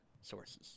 sources